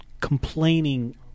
complaining